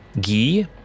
ghee